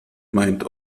meint